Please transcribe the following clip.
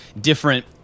different